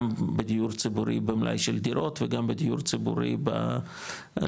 גם בדיור ציבורי במלאי של דירות וגם בדיור ציבורי לקשישים,